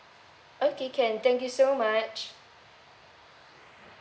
okay can thank you so much